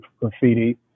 graffiti